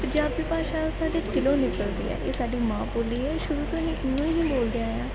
ਪੰਜਾਬੀ ਭਾਸ਼ਾ ਸਾਡੀ ਦਿਲੋਂ ਨਿਕਲਦੀ ਹੈ ਇਹ ਸਾਡੀ ਮਾਂ ਬੋਲੀ ਹੈ ਸ਼ੁਰੂ ਤੋਂ ਹੀ ਉਹਨੂੰ ਹੀ ਬੋਲਦੇ ਆਏ ਹਾਂ